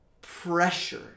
pressure